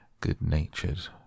good-natured